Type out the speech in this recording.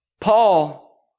Paul